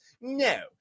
No